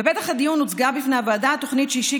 בפתח הדיון הוצגה בפני הוועדה תוכנית שהשיק